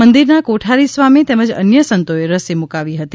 મંદિરના કોઠારી સ્વામી તેમજ અન્ય સંતોએ રસી મુકાવી હતી